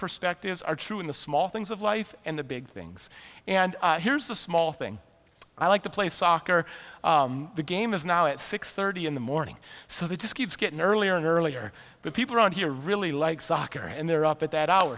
perspectives are true in the small things of life and the big things and here's a small thing i like to play soccer the game is now at six thirty in the morning so that just keeps getting earlier and earlier the people around here really like soccer and they're up at that hour